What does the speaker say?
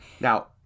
Now